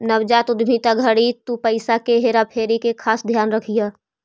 नवजात उद्यमिता घड़ी तु पईसा के हेरा फेरी के खास ध्यान रखीह